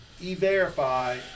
E-Verify